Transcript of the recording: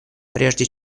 прежде